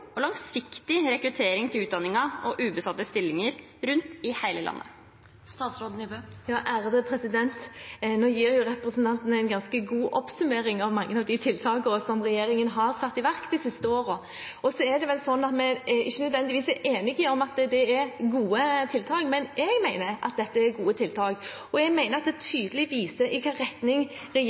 og langsiktig rekruttering til utdanningen og til ubesatte stillinger rundt i hele landet? Nå gir representanten en ganske god oppsummering av mange av de tiltakene som regjeringen har satt i verk de siste årene. Så er det vel sånn at vi ikke nødvendigvis er enige om at det er gode tiltak, men jeg mener at dette er gode tiltak. Jeg mener at det tydelig viser i hvilken retning